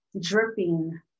dripping